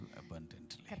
abundantly